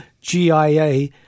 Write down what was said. GIA